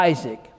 Isaac